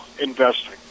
investing